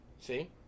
See